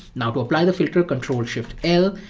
now to apply the filter, control shift l,